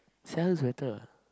Stella looks better